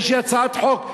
יש לי הצעת חוק,